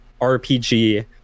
RPG